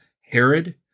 Herod